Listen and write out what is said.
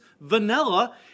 vanilla